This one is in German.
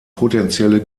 potenzielle